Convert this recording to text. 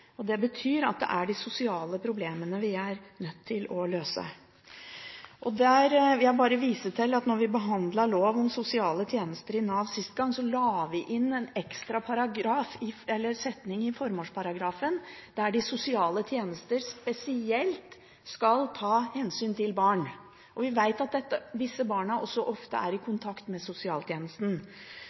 arv. Det betyr at det er de sosiale problemene vi er nødt til å løse. Jeg vil bare vise til at da vi behandlet lov om sosiale tjenester i Nav sist gang, la vi inn en ekstra setning i formålsparagrafen om at de sosiale tjenester spesielt skal ta hensyn til barn. Vi vet at disse barna også ofte er i kontakt med sosialtjenesten.